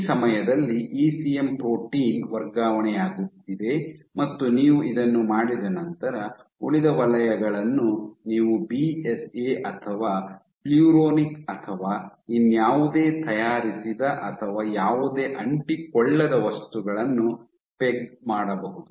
ಈ ಸಮಯದಲ್ಲಿ ECM protein ವರ್ಗಾವಣೆಯಾಗುತ್ತಿದೆ ಮತ್ತು ನೀವು ಇದನ್ನು ಮಾಡಿದ ನಂತರ ಉಳಿದ ವಲಯಗಳನ್ನು ನೀವು ಬಿಎಸ್ಎ ಅಥವಾ ಪ್ಲುರಾನಿಕ್ ಅಥವಾ ಇನ್ನಾವುದೇ ತಯಾರಿಸಿದ ಅಥವಾ ಯಾವುದೇ ಅಂಟಿಕೊಳ್ಳದ ವಸ್ತುಗಳನ್ನು ಪೆಗ್ ಮಾಡಬಹುದು